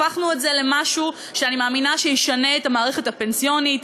הפכנו את זה למשהו שאני מאמינה שישנה את המערכת הפנסיונית,